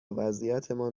وضعیتمان